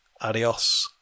Adios